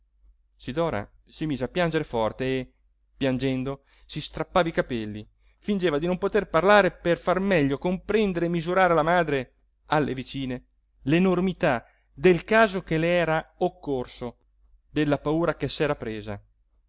vicinato sidora si mise a piangere forte e piangendo si strappava i capelli fingeva di non poter parlare per far meglio comprendere e misurare alla madre alle vicine l'enormità del caso che le era occorso della paura che s'era presa